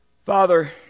Father